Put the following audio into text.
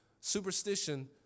superstition